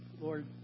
Lord